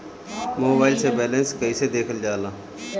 Mobile से balance कइसे देखल जाला?